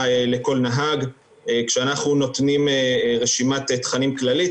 לכל נהג כשאנחנו נותנים רשימת תכנים כללית,